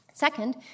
Second